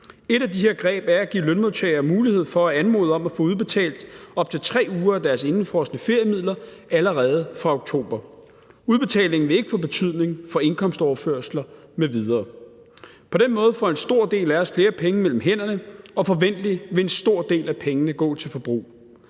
Et af de her greb er at give lønmodtagere mulighed for at anmode om at få udbetalt op til 3 ugers indefrosne feriemidler allerede fra oktober. Udbetalingen vil ikke få betydning for indkomstoverførsler m.v. På den måde får en stor del af os flere penge mellem hænderne, og forventeligt vil en stor af pengene gå til forbrug.